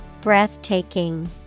Breathtaking